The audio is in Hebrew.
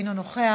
אינו נוכח,